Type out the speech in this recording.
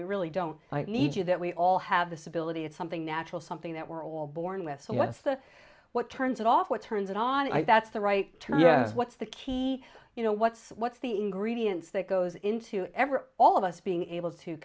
we really don't need you that we all have this ability it's something natural something that we're all born with what's the what turns it off what turns it on that's the right term yeah what's the key you know what's what's the ingredients that goes into every all of us being able to